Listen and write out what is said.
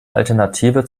alternative